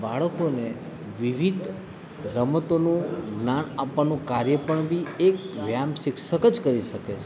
બાળકોને વિવિધ રમતોનું જ્ઞાન આપવાનું કાર્ય પણ બી એક વ્યાયામ શિક્ષક જ કરી શકે છે